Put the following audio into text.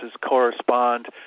correspond